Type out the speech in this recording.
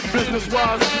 Business-wise